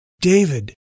David